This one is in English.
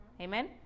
Amen